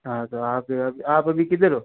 हाँ तो आप अभी किधर हो